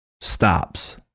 stops